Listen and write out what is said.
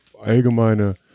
allgemeine